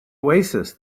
oasis